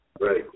Right